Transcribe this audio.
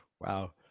wow